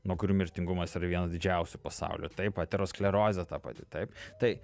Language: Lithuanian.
nuo kurių mirtingumas yra vienas didžiausių pasaulio taip aterosklerozė ta pati taip tai